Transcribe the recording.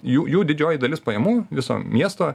jų jų didžioji dalis pajamų viso miesto